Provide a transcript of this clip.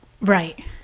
Right